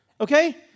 Okay